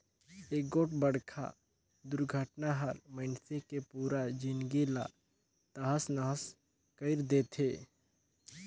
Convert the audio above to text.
एगोठ बड़खा दुरघटना हर मइनसे के पुरा जिनगी ला तहस नहस कइर देथे